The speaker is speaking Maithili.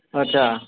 अच्छा